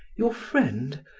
your friend,